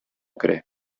керә